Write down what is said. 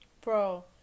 bro